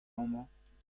amañ